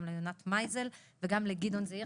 גם ענת מייזל וגדעון זעירא,